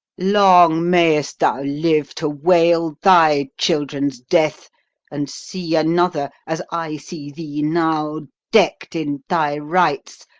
long mayest thou live to wail thy children's death and see another, as i see thee now, deck'd in thy rights,